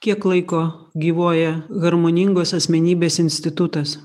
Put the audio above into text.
kiek laiko gyvuoja harmoningos asmenybės institutas